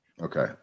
Okay